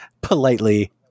politely